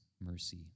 mercy